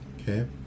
okay